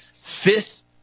fifth